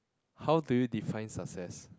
how do you define success